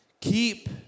Keep